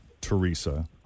teresa